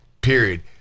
period